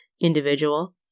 individual